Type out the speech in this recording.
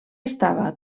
estava